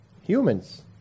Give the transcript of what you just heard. Humans